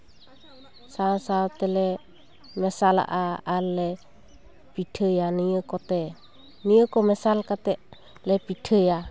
ᱥᱟᱶ ᱥᱟᱶ ᱛᱮᱞᱮ ᱢᱮᱥᱟᱞᱟᱜᱼᱟ ᱟᱨ ᱞᱮ ᱯᱤᱴᱷᱟᱹᱭᱟ ᱱᱤᱭᱟᱹ ᱠᱚᱛᱮ ᱱᱤᱭᱟᱹ ᱠᱚ ᱢᱮᱥᱟᱞ ᱠᱟᱛᱮ ᱞᱮ ᱯᱤᱴᱷᱟᱹᱭᱟ